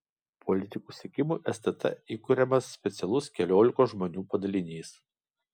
politikų sekimui stt įkuriamas specialus keliolikos žmonių padalinys